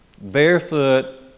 barefoot